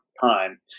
time